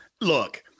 Look